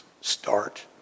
start